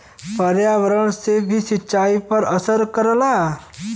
पर्यावरण से भी सिंचाई पर असर करला